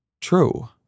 true